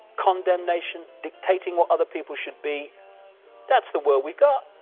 condemnation, dictating what other people should be that's the world we got.